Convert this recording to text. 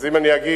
אז אם אני אגיד: